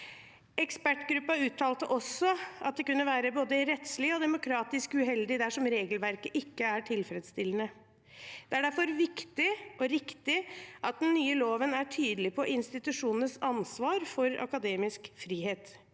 Ekspertgruppen uttalte også at det kunne være både rettslig og demokratisk uheldig dersom regelverket ikke er tilfredsstillende. Det er derfor viktig og riktig at den nye loven er tydelig på institusjonenes ansvar for akademisk frihet.